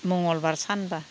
मंगलबार सानब्ला